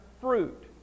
fruit